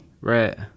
Right